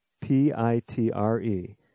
P-I-T-R-E